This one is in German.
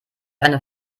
eine